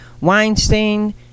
Weinstein